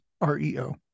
R-E-O